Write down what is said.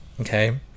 Okay